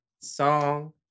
song